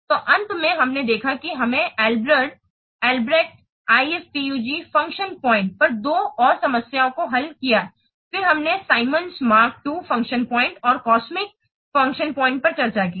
तो अंत में हमने देखा है कि हमने Albrecht IFPUG function point on Albrecht IFPUG function points पर दो और समस्याओं को हल किया है फिर हमने Symons mark II function point और कॉस्मिक फ़ंक्शन पॉइंट पर चर्चा की है